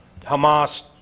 Hamas